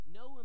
no